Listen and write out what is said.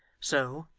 so,